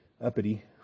uppity